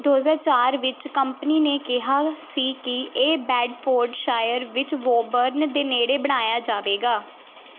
ਦੋ ਹਜ਼ਾਰ ਚਾਰ ਵਿੱਚ ਕੰਪਨੀ ਨੇ ਕਿਹਾ ਸੀ ਕਿ ਇਹ ਬੈਡਫੋਰਡਸ਼ਾਇਰ ਵਿੱਚ ਵੋਬਰਨ ਦੇ ਨੇੜੇ ਬਣਾਇਆ ਜਾਵੇਗਾ